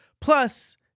Plus